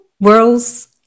worlds